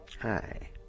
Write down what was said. Hi